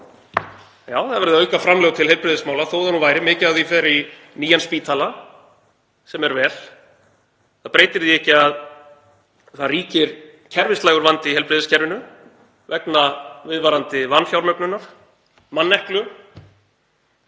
Já, það er verið að auka framlög til heilbrigðismála, þó það nú væri. Mikið af því fer í nýjan spítala, sem er vel. Það breytir því ekki að það ríkir kerfislægur vandi í heilbrigðiskerfinu vegna viðvarandi vanfjármögnunar og manneklu.